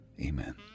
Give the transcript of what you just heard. Amen